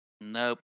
Nope